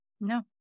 No